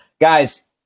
Guys